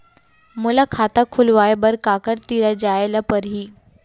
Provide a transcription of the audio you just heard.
मोला खाता खोलवाय बर काखर तिरा जाय ल परही?